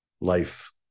life